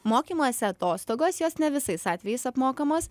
mokymosi atostogos jos ne visais atvejais apmokamos